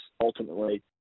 ultimately